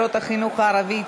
מטרות החינוך הערבי),